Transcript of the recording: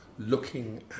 Looking